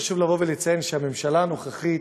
חשוב לציין שהממשלה הנוכחית